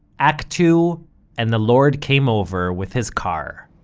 act two and the lord came over with his car